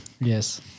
Yes